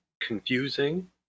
confusing